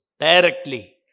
directly